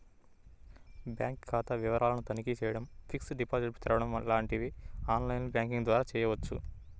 bank ఖాతా వివరాలను తనిఖీ చేయడం, ఫిక్స్డ్ డిపాజిట్లు తెరవడం లాంటివి ఆన్ లైన్ బ్యాంకింగ్ ద్వారా చేయవచ్చు